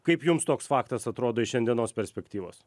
kaip jums toks faktas atrodo iš šiandienos perspektyvos